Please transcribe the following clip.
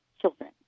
children